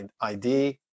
ID